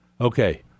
Okay